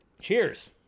Cheers